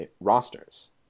rosters